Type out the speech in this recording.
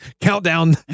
countdown